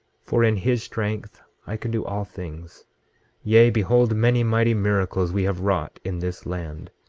for in his strength i can do all things yea, behold, many mighty miracles we have wrought in this land,